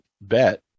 bet